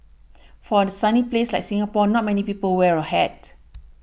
for a sunny place like Singapore not many people wear a hat